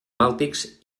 bàltics